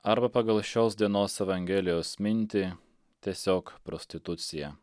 arba pagal šios dienos evangelijos mintį tiesiog prostitucija